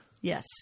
Yes